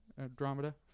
Andromeda